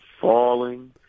falling